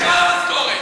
אם אפשר, את כל המשכורת.